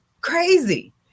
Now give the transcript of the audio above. crazy